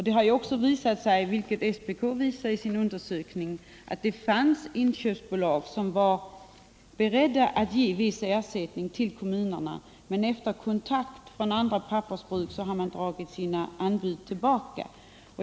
Det har också visat sig — vilket framgår av SPK:s undersökning — att det fanns inköpsbolag som var beredda att ge viss ersättning till kommunerna men efter kontakt med andra pappersbruk drog tillbaka sina anbud.